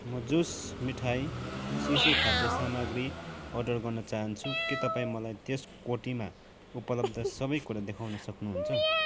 म जुस मिठाई शिशु खाद्य सामाग्री अर्डर गर्न चाहन्छु के तपाईँ मलाई त्यस कोटीमा उपलब्ध सबै कुरा देखाउन सक्नुहुन्छ